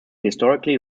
historically